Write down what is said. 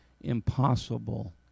impossible